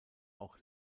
auch